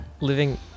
living